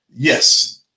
Yes